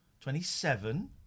twenty-seven